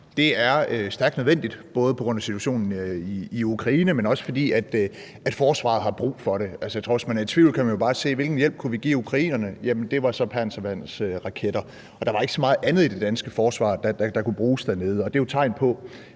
Det er stærkt nødvendigt både på grund af situationen i Ukraine, men også fordi forsvaret har brug for det. Jeg tror, at hvis man er i tvivl, kan man jo bare se, hvilken hjælp vi kunne give ukrainerne – det var så panserværnsraketter. Der var ikke så meget andet i det danske forsvar, der kunne bruges dernede.